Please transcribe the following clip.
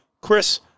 Chris